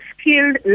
skilled